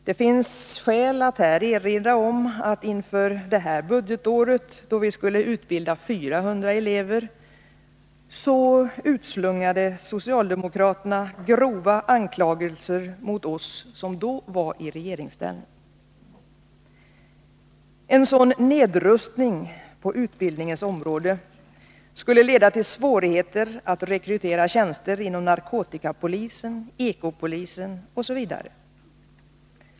Det finns skäl att här erinra om att inför detta budgetår, då vi skulle utbilda 400 elever, utslungade socialdemokraterna grova anklagelser mot oss som då var i regeringsställning. En sådan nedrustning på utbildningens område skulle leda till svårigheter att rekrytera tjänster inom narkotikapolisen, ekopolisen osv.